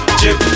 chip